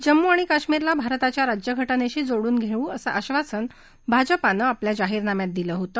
जम्मू आणि काश्मीरला भारताच्या राज्यघटेशी जोडून घेऊ असं आश्वासन भाजपानं आपल्या जाहीरनाम्यात दिलं होते